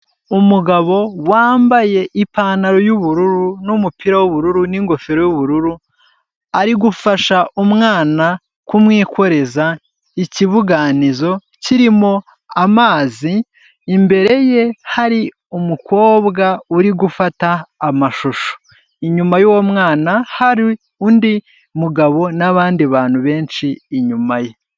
Umugabo wambaye ipantaro y'ubururu n'umupira w'ubururu n'ingofero y'ubururu, ari gufasha umwana kumwikoreza ikibuganizo kirimo amazi, imbere ye hari umukobwa uri gufata amashusho, inyuma y'uwo mwana hari undi mugabo n'abandi bantu benshi inyuma ye.